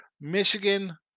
Michigan